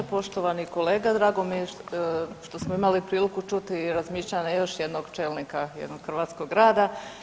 Poštovani kolega drago mi je što smo imali priliku čuti i razmišljanje još jednog čelnika jednog hrvatskog grada.